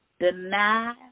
Deny